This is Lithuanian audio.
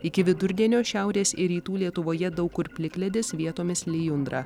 iki vidurdienio šiaurės ir rytų lietuvoje daug kur plikledis vietomis lijundra